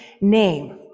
name